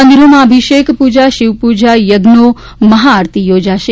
મંદિરોમાં અભિષેક પુજા શિવપુજા યજ્ઞો મહા આરતી યોજાશે